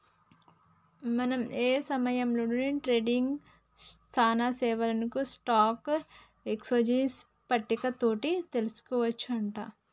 మనం ఏ సమయంలో ట్రేడింగ్ సానా సేవలను స్టాక్ ఎక్స్చేంజ్ పట్టిక తోటి తెలుసుకోవచ్చు అంట